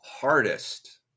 hardest